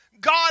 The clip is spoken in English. God